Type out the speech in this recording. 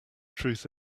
truth